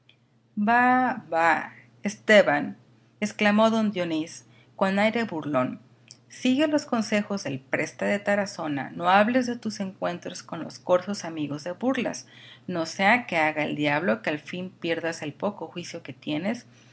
bah bah esteban exclamó don dionís con aire burlón sigue los consejos del preste de tarazona no hables de tus encuentros con los corzos amigos de burlas no sea que haga el diablo que al fin pierdas el poco juicio que tienes